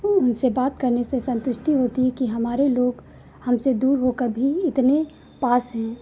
हमें उनसे बात करने में संतुष्टि होती है कि हमारे लोग हमसे दूर होकर भी हमसे इतने पास हैं